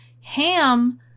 Ham